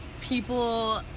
people